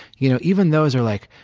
you know even those are like,